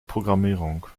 programmierung